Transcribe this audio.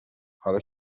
حالا